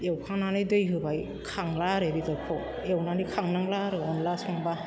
एवखांनानै दै होबाय खांब्ला आरो बेदरखौ एवनानै खांनांला आरो अनद्ला संब्ला